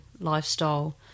lifestyle